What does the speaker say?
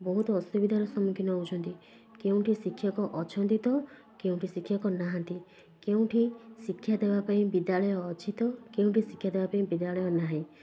ବହୁତ ଅସୁବିଧାର ସମ୍ମୁଖୀନ ହେଉଛନ୍ତି କେଉଁଠି ଶିକ୍ଷକ ଅଛନ୍ତି ତ କେଉଁଠି ଶିକ୍ଷକ ନାହାଁନ୍ତି କେଉଁଠି ଶିକ୍ଷା ଦେବାପାଇଁ ବିଦ୍ୟାଳୟ ଅଛି ତ କେଉଁଠି ଶିକ୍ଷା ଦେବାପାଇଁ ବିଦ୍ୟାଳୟ ନାହିଁ